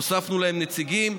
הוספנו להם נציגים,